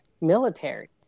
military